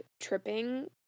tripping